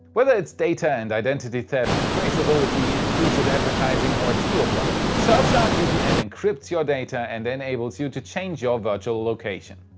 whether it's data and identity theft, traceability, intrusive advertising or geo blocking. surfshark vpn encrypts your data and enables you to change your virtual location.